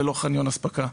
אספקה, ולא חניון אספקה.